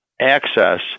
access